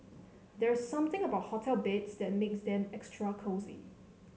there's something about hotel beds that makes them extra cosy